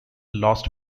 lost